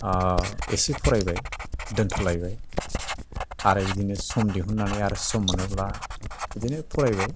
एसे फरायबाय दोनथ'लायबाय आरो बिदिनो सम दिहुननानै सम मोनोब्ला बिदिनो फरायबाय